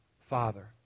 father